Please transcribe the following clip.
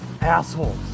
Assholes